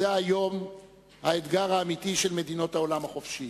היום זה האתגר האמיתי של מדינות העולם החופשי,